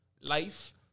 life